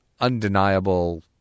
undeniable